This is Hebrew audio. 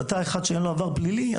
ואתה אחד בלי עבר פלילי,